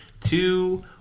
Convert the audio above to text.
two